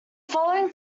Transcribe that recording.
following